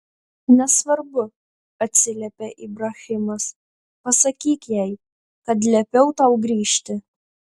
nesvarbu atsiliepė ibrahimas pasakyk jai kad liepiau tau grįžti